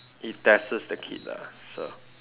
it tests the kid lah so